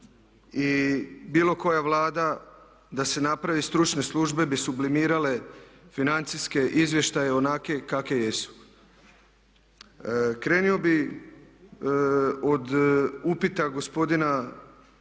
i bilo koja Vlada da se napravi stručne službe bi sublimirale financijske izvještaje onakve kakve jesu. Krenuo bih od upita gospodina